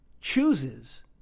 chooses